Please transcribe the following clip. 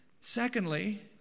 Secondly